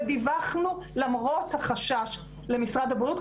ודיווחנו למרות החשש למשרד הבריאות,